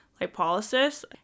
lipolysis